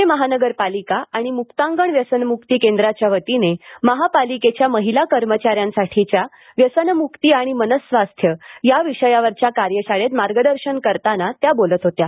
पुणे महानगरपालिका आणि मुक्तांगण व्यसनमुक्ती केंद्राच्या वतीने महापालिकेच्या महिला कर्मचाऱ्यांसाठीच्या व्यसनमुक्ती आणि मनस्वास्थ्य या विषयावरच्या कार्यशाळेत मार्गदर्शन करताना त्या बोलत होत्या